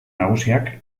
nagusiak